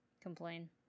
complain